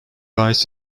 rise